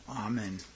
Amen